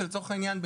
לצורך העניין,